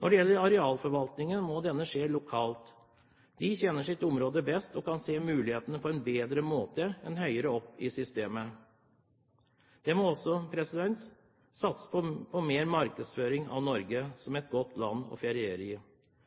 Når det gjelder arealforvaltningen, må denne skje lokalt. Lokalbefolkningen kjenner sitt område best og kan se mulighetene bedre enn de høyere opp i systemet. Det må også satses mer på markedsføring av Norge som et godt land å feriere